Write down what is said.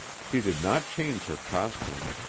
she did not change her costume,